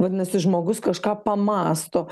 vadinasi žmogus kažką pamąsto